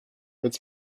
its